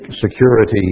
security